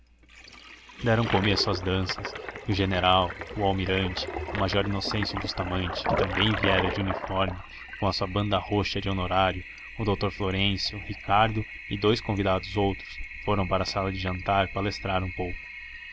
deram começo às danças e o general o almirante o major inocêncio bustamante que também viera de uniforme com a sua banda roxa de honorário o doutor florêncio ricardo e dous convidados outros foram para a sala de jantar palestrar um pouco